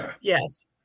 Yes